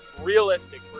realistic